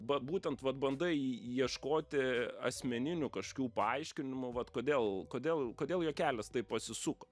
ba būtent vat bandai ieškoti asmeninių kažkių paaiškinimų vat kodėl kodėl kodėl jo kelias taip pasisuko